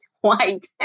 white